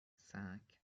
cinq